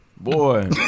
Boy